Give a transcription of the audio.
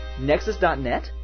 Nexus.net